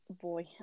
boy